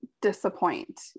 disappoint